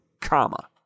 comma